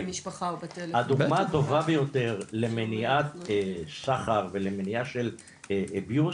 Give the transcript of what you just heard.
הדוגמא הטובה ביותר למניעת סחר ולמניעה של אביוס,